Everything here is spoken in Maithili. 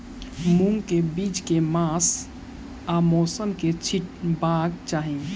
मूंग केँ बीज केँ मास आ मौसम मे छिटबाक चाहि?